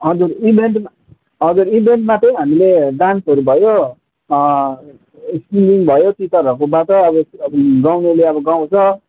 अन्त इभेन्टमा हजुर इभेन्टमा त हामीले डान्सहरू भयो सिङ्गिङ भयो टिचरहरूकोबाट अब गाउनेले अब गाउँछ